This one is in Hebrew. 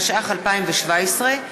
התשע"ח 2017,